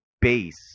base